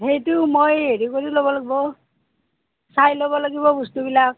সেইটো মই হেৰি কৰি ল'ব লাগিব চাই ল'ব লাগিব বস্তুবিলাক